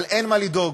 אבל אין מה לדאוג,